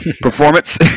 Performance